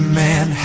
man